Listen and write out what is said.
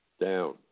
down